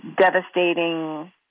devastating